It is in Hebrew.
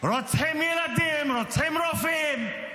רוצחים ילדים, רוצחים רופאים,